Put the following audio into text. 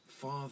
Father